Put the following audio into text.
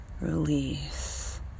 release